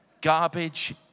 Garbage